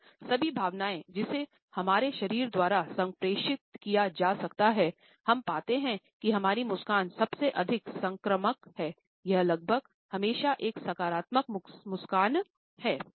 अगर सभी भावनाएं जिसे हमारे शरीर द्वारा संप्रेषित किया जा सकता है हम पाते हैं कि हमारी मुस्कान सबसे अधिक संक्रामक है यह लगभग हमेशा एक सकारात्मक मुस्कान है